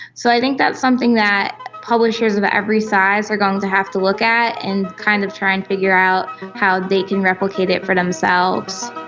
so i think that's something that publishers of every size are going to have to look at and kind of try to and figure out how they can replicate it for themselves.